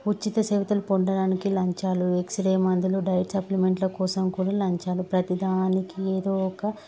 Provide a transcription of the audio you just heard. ఉచిత సేవితలు పొండడానికి లంచాలు ఎక్సరే మందులు డైట్ సప్లిమెంట్ల కోసం కూడా లంచాలు ప్రతిదానికి ఏదో ఒక